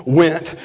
went